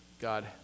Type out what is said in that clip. God